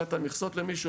נתת מכסות למישהו,